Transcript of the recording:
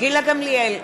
גילה גמליאל,